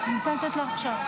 לזימי.